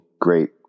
great